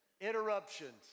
interruptions